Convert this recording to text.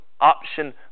option